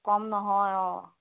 কম নহয় অঁ